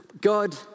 God